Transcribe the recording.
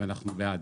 ואנחנו בעד,